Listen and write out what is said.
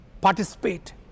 participate